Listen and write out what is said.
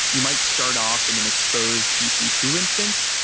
you might start off in an exposed e c two instance,